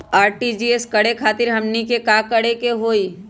RTGS करे खातीर हमनी के का करे के हो ई?